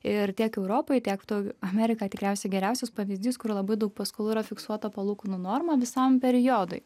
ir tiek europoj tiek amerika tikriausiai geriausias pavyzdys kur labai daug paskolų yra fiksuota palūkanų normą visam periodui